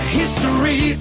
history